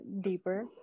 deeper